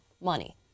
money